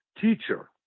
teacher